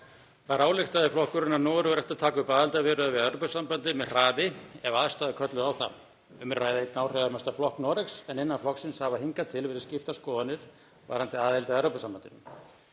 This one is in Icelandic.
Þar ályktaði flokkurinn að Noregur ætti að taka upp aðildarviðræður við Evrópusambandið með hraði ef aðstæður kölluðu á það. Um er að ræða einn áhrifamesta flokk Noregs en innan flokksins hafa hingað til verið skiptar skoðanir varðandi aðild að Evrópusambandinu.